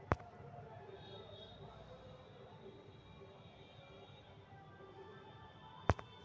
जनेरा के उत्पादन मुख्य चरी बला प्रदेश सभ में कएल जाइ छइ